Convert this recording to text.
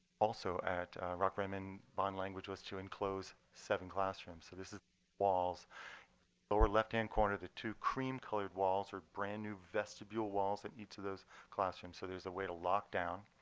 also at rockrimmon bond language was to enclose seven classrooms. so this is walls. the lower left hand corner, the two cream colored walls are brand new vestibule walls in each of those classrooms. so there's a way to lock down.